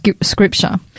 scripture